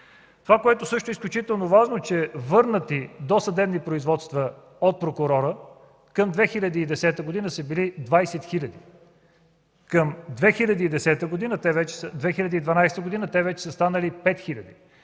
Това, което е също изключително важно, е, че върнати досъдебни производства от прокурора към 2010 г. са били 20 хиляди, към 2012 г. те вече са станали 5